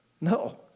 No